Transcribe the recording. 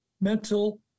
mental